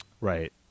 Right